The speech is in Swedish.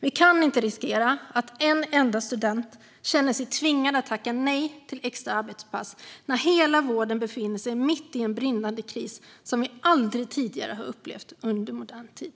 Vi kan inte riskera att en enda student känner sig tvingad att tacka nej till extra arbetspass när hela vården befinner sig mitt i en brinnande kris av ett slag som vi aldrig tidigare har upplevt i modern tid.